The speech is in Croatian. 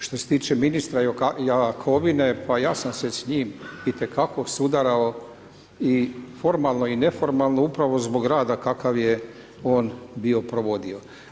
Što se tiče ministra Jakovine, pa ja sam se s njim itekako sudarao i formalno i neformalno upravo zbog rada kakav je on bio provodio.